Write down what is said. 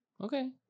Okay